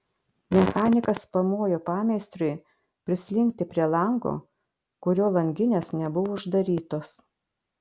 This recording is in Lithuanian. mechanikas pamojo pameistriui prislinkti prie lango kurio langinės nebuvo uždarytos